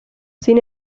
sin